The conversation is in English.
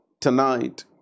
tonight